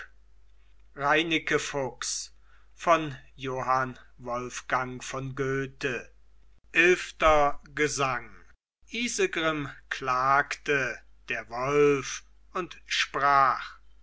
elfter gesang isegrim klagte der wolf und sprach